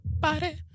body